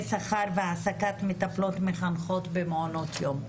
שכר והעסקת מטפלות-מחנכות במעונות יום.